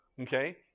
okay